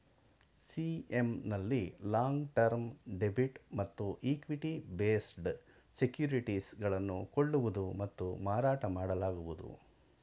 CM ನಲ್ಲಿ long term debit ಮತ್ತು equity based securities ಗಳನ್ನು ಕೊಳ್ಳುವುದು ಮತ್ತು ಮಾರಾಟ ಮಾಡಲಾಗುವುದು